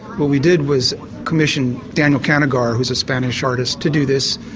what we did was commission daniel canogar who's a spanish artist to do this,